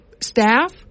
staff